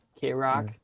k-rock